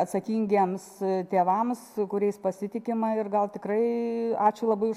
atsakingiems tėvams kuriais pasitikima ir gal tikrai ačiū labai už